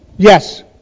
Yes